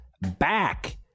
back